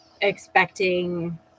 expecting